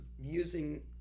using